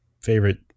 favorite